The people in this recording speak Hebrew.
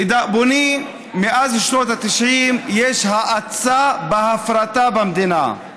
לדאבוני, מאז שנות ה-90 יש האצה בהפרטה במדינה,